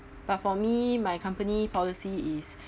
but for me my company policy is